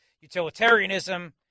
utilitarianism